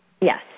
Yes